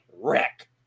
wreck